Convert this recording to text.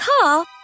car